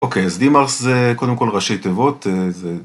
אוקיי אז דימארס זה קודם כל ראשי תיבות